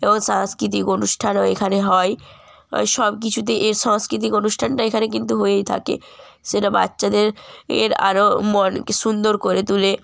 এবং সাংস্কৃতিক অনুষ্ঠানও এখানে হয় হয় সব কিছুতে এ সাংস্কৃতিক অনুষ্ঠানটা এখানে কিন্তু হয়েই থাকে সেটা বাচ্চাদের এর আরো মনকে সুন্দর করে তুলে